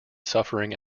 suffering